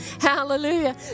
Hallelujah